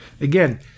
Again